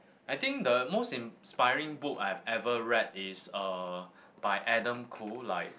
I think the most inspiring book I have ever read is uh by Adam-Khoo like